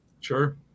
Sure